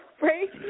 right